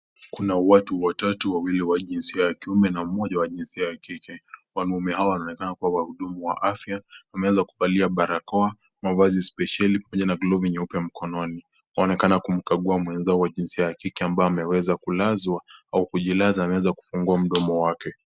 Kuna watu watatu wawili wa jinsia ya kiume na mmoja ya jinsia ya kike, wanaume hawa wanaonekana kuwa wahudumu wa afya wameweza kuvalia barakoa mavazi spesheli pamoja na glovu nyeupe mkononi, wanonekana kumkagua mwenzao wa jinsia ya kike ambaye ameweza kijilaza kufungua mdomo wake.